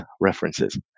references